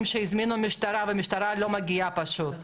שהזמינו משטרה והמשטרה לא מגיעה פשוט.